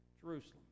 Jerusalem